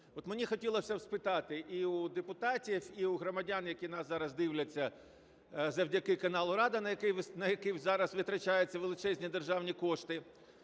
мені хотілось би спитати і у депутатів, і у громадян, які нас зараз дивляться завдяки каналу "Рада", на який зараз витрачаються величезні державні кошти.